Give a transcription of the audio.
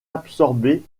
absorbée